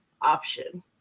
option